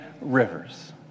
rivers